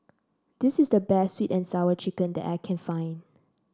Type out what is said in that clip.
this is the best sweet and Sour Chicken that I can find